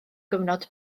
gyfnod